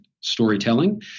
storytelling